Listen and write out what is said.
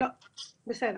בסדר.